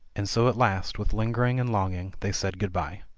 and so at last, with lingering and longing, they said good-bye.